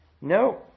No